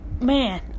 man